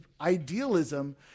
idealism